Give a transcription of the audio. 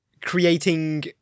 creating